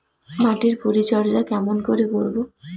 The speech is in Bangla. মাটির পরিচর্যা কেমন করে করব?